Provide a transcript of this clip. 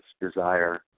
desire